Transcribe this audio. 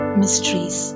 mysteries